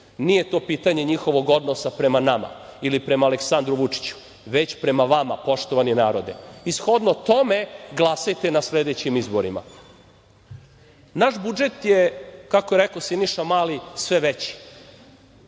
Nije to pitanje njihovog odnosa prema nama ili prema Aleksandru Vučiću, već prema vama, poštovani narode. Shodno tome glasajte na sledećim izborima. Naš budžet je, kako je rekao Siniša Mali, sve veći,